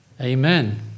Amen